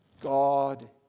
God